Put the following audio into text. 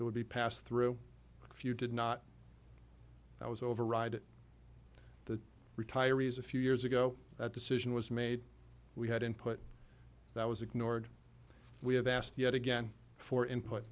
it would be passed through if you did not that was override the retirees a few years ago that decision was made we had input that was ignored we have asked yet again for input